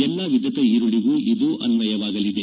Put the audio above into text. ಎಲ್ಲಾ ವಿಧದ ಈರುಳ್ಳಗೂ ಇದು ಅನ್ನಯವಾಗಲಿದೆ